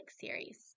series